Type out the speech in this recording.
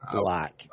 black